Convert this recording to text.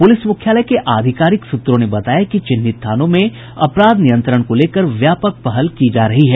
police मुख्यालय के आधिकारिक सूत्रों ने बताया कि चिन्हित थानों में अपराध नियंत्रण को लेकर व्यापक पहल की जा रही है